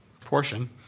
portion